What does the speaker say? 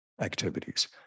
activities